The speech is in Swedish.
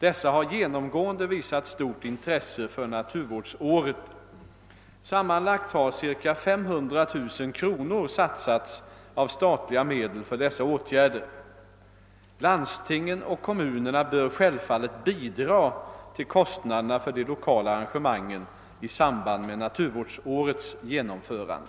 Dessa har genomgående visat stort intresse för naturvårdsåret. Sammanlagt har ca 500 000 kr. satsats av statliga medel för dessa åtgärder. Lands-- tingen och kommunerna bör självfallet bidra till kostnaderna för de lokala arrangemangen i samband med naturvårdsårets genomförande.